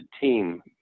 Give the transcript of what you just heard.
team